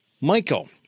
Michael